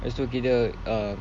lepas tu kita uh